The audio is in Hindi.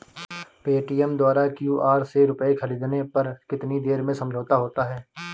पेटीएम द्वारा क्यू.आर से रूपए ख़रीदने पर कितनी देर में समझौता होता है?